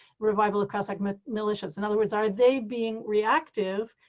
revival of kazakh militias in other words, are they being reactive,